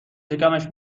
شکمش